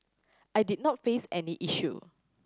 I did not face any issue